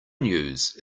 news